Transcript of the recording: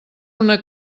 una